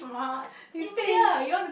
you stay